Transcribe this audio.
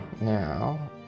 Now